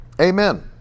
Amen